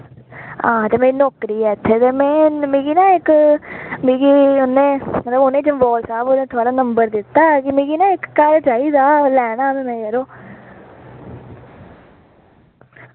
हां ते मैं नौकरी ऐ इत्थे ते मैं मिगी ना इक मिगी उ'नै जम्वाल साह्ब होरे थोआड़ा नंबर दित्ता ऐ कि मिगी ना इक घर चाहिदा लैना मैं यरो